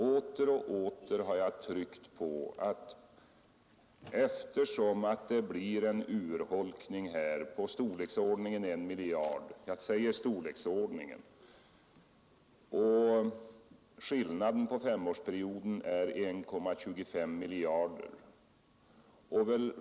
Åter och åter har jag tryckt på att det blir en urholkning i storleksordningen — jag säger storleksordningen — en miljard, och att skillnaden under femårsperioden blir 1,25 miljarder kronor.